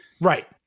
right